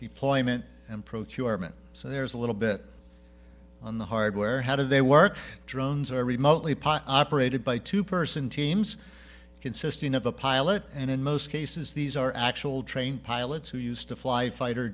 deployment and procurement so there's a little bit on the hardware how do they work drones are remotely part operated by two person teams consisting of a pilot and in most cases these are actual trained pilots who used to fly fighter